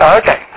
okay